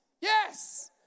Yes